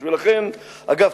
אגב,